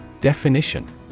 Definition